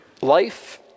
Life